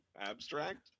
Abstract